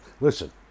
Listen